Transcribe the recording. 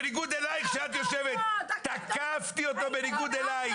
בניגוד אלייך שאת יושבת תקפתי אותו בניגוד אלייך.